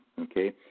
okay